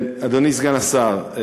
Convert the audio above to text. אדוני סגן השר,